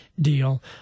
deal